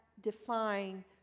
define